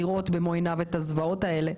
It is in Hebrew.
לראות במו עיניו את הזוועות האלה.